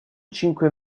cinque